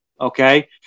Okay